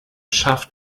schafft